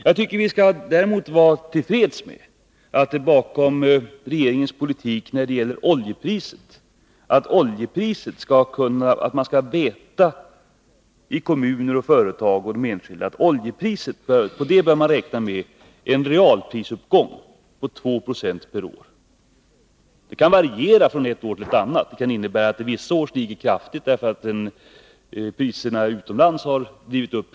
Jag tycker vi får låta oss nöja med regeringens intentioner när det gäller oljepriset. Kommuner, företag och enskilda vet att regeringen räknar med en realprisuppgång på oljan på 2 26 per år. Priset kan variera från ett år till ett annat. Vissa år kan det stiga kraftigt, därför att priserna utomlands drivits upp.